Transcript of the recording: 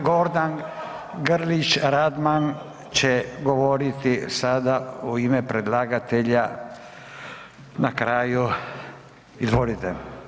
g. Gordan Grlić-Radman će govoriti sada u ime predlagatelja na kraju, izvolite.